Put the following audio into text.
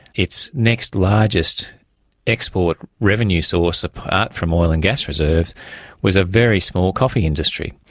its next largest export revenue source apart from oil and gas reserves was a very small coffee industry.